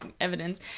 evidence